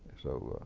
so,